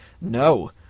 no